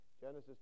Genesis